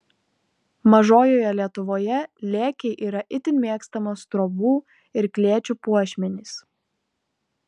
mažojoje lietuvoje lėkiai yra itin mėgstamas trobų ir klėčių puošmenys